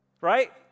Right